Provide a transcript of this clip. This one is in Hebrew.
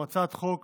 הצעת חוק